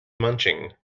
munching